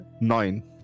nine